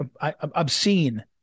obscene